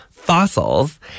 fossils